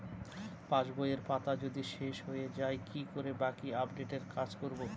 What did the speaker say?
পাসবইয়ের পাতা যদি শেষ হয়ে য়ায় কি করে বাকী আপডেটের কাজ করব?